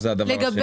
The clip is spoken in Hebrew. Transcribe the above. זה אומר לגבי